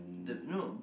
the no